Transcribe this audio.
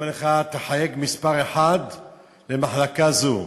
אומר לך: תחייג מספר 1 למחלקה זו,